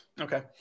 Okay